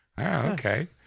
Okay